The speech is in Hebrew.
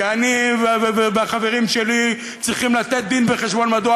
כי אני והחברים שלי צריכים לתת דין-וחשבון מדוע